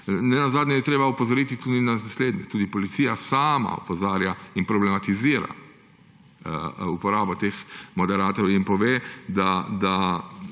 Nenazadnje je treba opozoriti tudi na to, da tudi policija sama opozarja in problematizira uporabo teh moderatorjev,